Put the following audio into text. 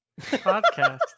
Podcast